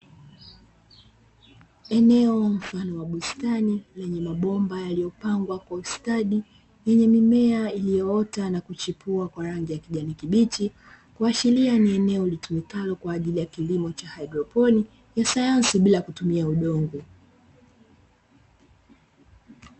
Eneo mfano wa bustani lenye mabomba yaliyopangwa kwa ustadi, yenye mimea iliyoota na kuchipua kwa rangi ya kijani kibichi, kuashiria ni eneo litumikalo kwa ajili ya kilimo cha haidroponia, cha sayansi bila kutumia udongo.